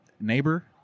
neighbor